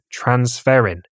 transferrin